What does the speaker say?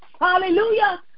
Hallelujah